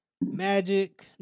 Magic